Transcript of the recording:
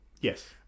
yes